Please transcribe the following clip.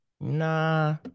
nah